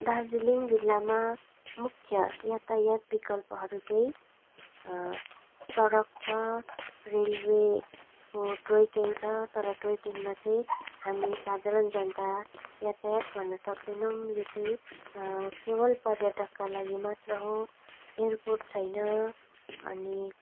दार्जिलिङ जिल्लामा मुख्य यातायात विकल्पहरू चाहिँ सडक छ रेलवेको टोय ट्रेन छ तर टोय ट्रेनमा चाहिँ हामी साधारण जनता यातायात गर्न सक्दैनौँ यो चाहिँ केवल पर्यटकका लागि मात्र हो एयर पोर्ट छैन अनि